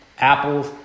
apples